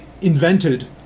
invented